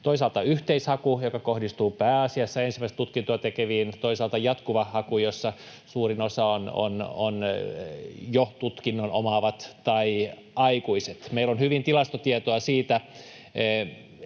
toisaalta yhteishaku, joka kohdistuu pääasiassa ensimmäistä tutkintoa tekeviin, toisaalta jatkuva haku, jossa suurin osa on jo tutkinnon omaavia tai aikuisia. Meillä on hyvin tilastotietoa siitä,